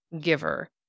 giver